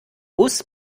bus